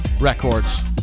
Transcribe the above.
records